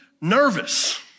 nervous